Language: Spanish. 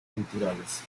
culturales